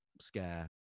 scare